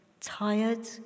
tired